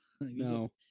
No